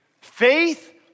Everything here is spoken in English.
Faith